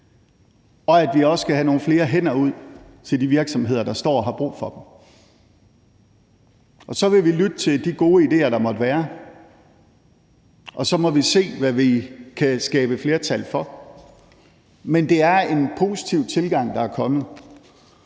og at vi også skal have nogle flere hænder ud til de virksomheder, der står og har brug for dem. Så vil vi lytte til de gode idéer, der måtte være, og så må vi se, hvad vi kan skabe flertal for. Men det er en positiv tilgang, der er kommet.